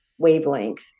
wavelength